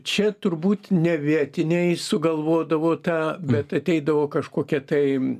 čia turbūt ne vietiniai sugalvodavo tą bet ateidavo kažkokia tai